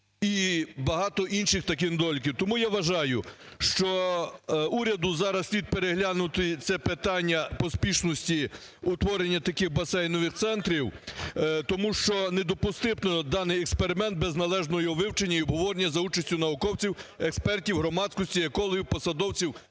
і багато інших таких недоліків. Тому, я вважаю, що уряду зараз слід переглянути це питання поспішності утворення таких басейнових центрів, тому що не допустити даний експеримент без належного його вивчення і обговорення за участю науковців, експертів, громадськості, екологів, посадовців,